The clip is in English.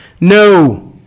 No